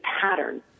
pattern